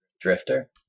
Drifter